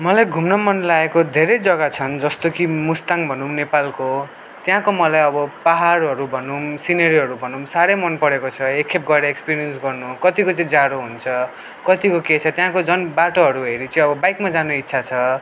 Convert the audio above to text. मलाई घुम्न मनलगेको धेरै जग्गा छन् जस्तो कि मुस्ताङ भनौँ नेपालको त्यहाँको मलाई अब पाहाडहरू भनौँ सिनेरियोहरू भनौँ साह्रै मनपरेको छ एकखेप गएर एक्सपिरियन्स गर्नु कत्तिको चाहिँ जाडो हुन्छ कत्तिको के छ त्यहाँको झन् बाटोहरू हेरी चाहिँ अब बाइकमा जाने इच्छा छ